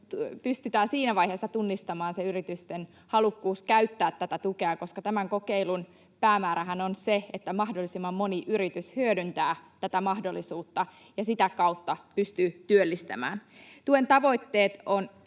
pystytään siinä vaiheessa tunnistamaan se yritysten halukkuus käyttää tätä tukea, koska tämän kokeilun päämäärähän on se, että mahdollisimman moni yritys hyödyntää tätä mahdollisuutta ja sitä kautta pystyy työllistämään. Tuen tavoitteet ovat